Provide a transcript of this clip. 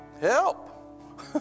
Help